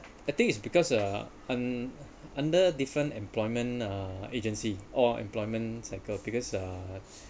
I think it's because uh un~ under a different employment uh agency or employment cycle because uh